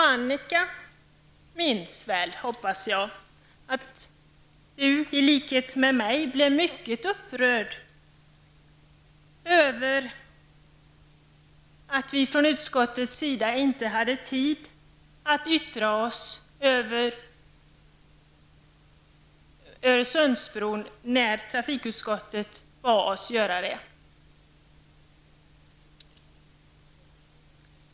Annika Åhnberg minns, hoppas jag, att hon i likhet med mig blev mycket upprörd över att vi i utskottet inte hade tid att yttra oss över Öresundsbron, när trafikutskottet bad oss göra det.